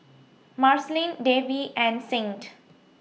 Marceline Davy and Saint